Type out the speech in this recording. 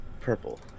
purple